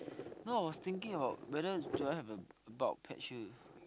no I was thinking about whether do I have a about patch here